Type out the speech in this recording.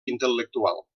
intel·lectual